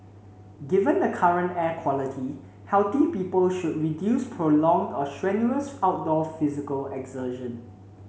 given the current air quality healthy people should reduce prolonged or strenuous outdoor physical exertion